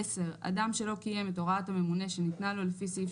אדם שלא קיים את הוראת הממונה שניתנה לו לפי סעיף